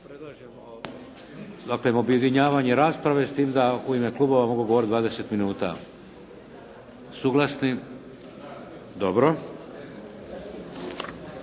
predlažem dakle objedinjavanje rasprave, s tim da u ime klubova mogu govoriti 20 minuta. Suglasni? Dobro.